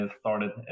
started